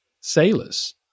sailors